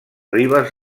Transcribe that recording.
ribes